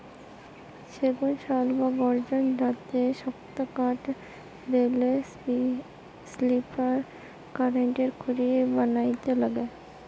সেগুন, শাল বা গর্জন জাতের শক্তকাঠ রেলের স্লিপার, কারেন্টের খুঁটি বানাইতে লাগে